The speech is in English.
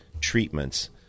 treatments